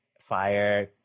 fire